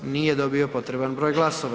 Nije dobio potreban broj glasova.